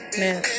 man